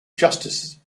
justice